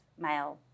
male